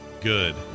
good